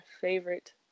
favorite